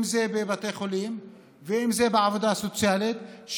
אם זה בבתי חולים ואם זה בעבודה סוציאלית.